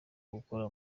gukora